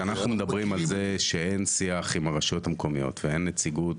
כשאנחנו מדברים על זה שאין שיח עם הרשויות המקומיות ואין נציגות